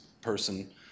person